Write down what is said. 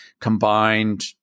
combined